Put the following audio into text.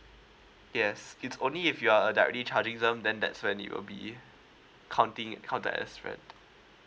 yes it's only if you are a directly charging them then that's when it will be counting it count that as rent